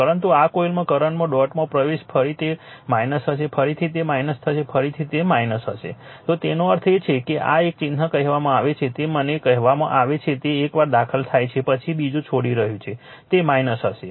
પરંતુ આ કોઇલ કરંટમાં ડોટમાં પ્રવેશતા ફરી તે હશે ફરીથી તે થશે ફરીથી તે હશે તો તેનો અર્થ એ છે કે આ એક ચિહ્ન કહેવામાં આવે છે તે મને કહેવામાં આવે છે કે તે એકવાર દાખલ થાય તે પછી બીજું છોડી રહ્યું છે તે હશે